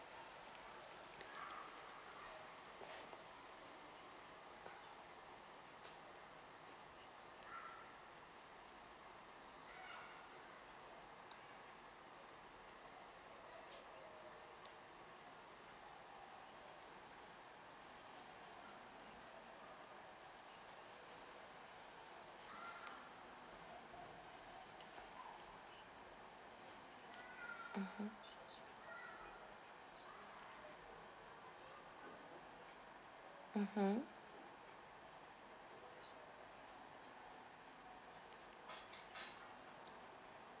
mmhmm mmhmm